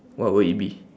what would it be